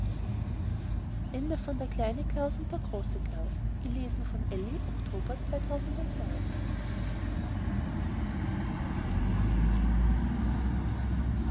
kleinen klaus und